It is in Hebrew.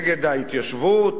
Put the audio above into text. נגד ההתיישבות,